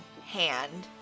hand